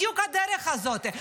בדיוק הדרך הזאת.